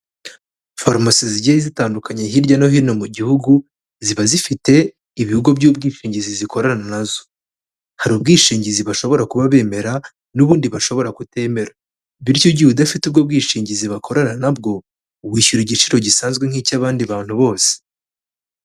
Farumasi zigiye zitandukanye hirya no hino mu gihugu, ziba zifite ibigo by'ubwishingizi zikorana na zo. Hari ubwishingizi bashobora kuba bemera n'ubundi bashobora kutemera. Bityo igihe udafite ubwo bwishingizi bakorana na bwo, wishyura igiciro gisanzwe nk'icy'abandi bantu bose.